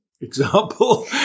example